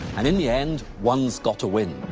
and in the end, one's got to win.